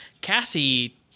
Cassie